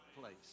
place